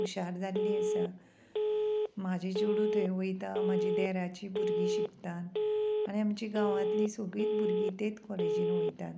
हुशार जाल्लीं आसा म्हाजें चेडूं थंय वयता म्हाजे देराचीं भुरगीं शिकतात आनी आमची गांवांतलीं सगळींच भुरगीं तेच कॉलेजींत वयतात